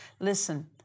listen